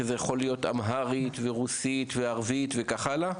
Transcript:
שזה יכול להיות אמהרית ורוסית וערבית וכך הלאה?